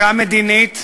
מכה מדינית,